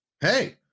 Hey